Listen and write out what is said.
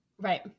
Right